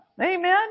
Amen